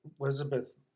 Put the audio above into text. Elizabeth